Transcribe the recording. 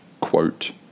quote